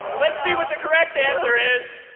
let's see what the correct answer is.